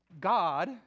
God